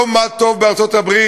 לא מה טוב בארצות-הברית,